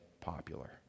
popular